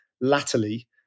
latterly